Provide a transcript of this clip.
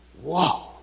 Whoa